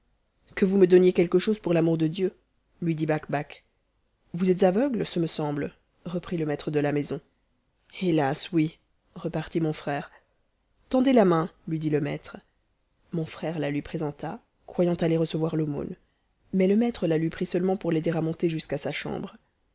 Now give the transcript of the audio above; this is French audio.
que vous me donniez quelque chose pour l'amour de dieu lui dit bakbac vous êtes aveugle ce me semble reprit le maître de la maison hélas oui t n i histoire mj troisieme fmëhk ku barbtkh repartit mon frère tendez h maiu lui dit te maître m mon rère la lui présenta croyant aller recevoir l'aumône mais le maître la lui prit seulemeni pour l'aider à monter jusqu'à sa chambre